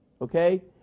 okay